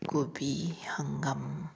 ꯀꯣꯕꯤ ꯍꯪꯒꯥꯝ